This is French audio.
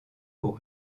aux